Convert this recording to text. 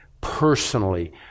personally